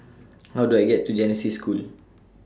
How Do I get to Genesis School